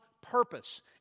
purpose